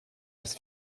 bis